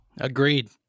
Agreed